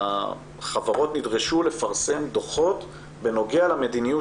החברות נדרשו לפרסם דוחות בנוגע למדיניות